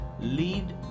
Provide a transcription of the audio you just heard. lead